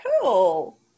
cool